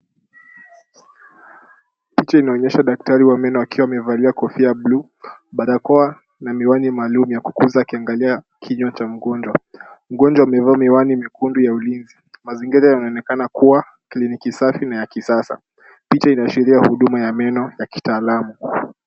Picha inaonyesha daktari wa meno akiwa amevalia kofia ya bluu, barakoa na miwani maalum ya kutunza akiangalia kinywa cha mgonjwa. Mgonjwa amevaa miwani mekundu ya ulinzi. Mazingira yanaonekana kuwa kliniki safi na ya kisasa. Picha inaashiria huduma ya meno ya kitaalamu.